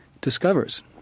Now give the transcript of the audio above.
discovers